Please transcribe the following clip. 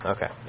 Okay